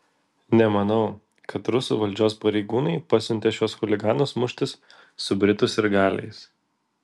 nemanau kad rusų valdžios pareigūnai pasiuntė šiuos chuliganus muštis su britų sirgaliais